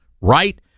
right